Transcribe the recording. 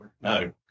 No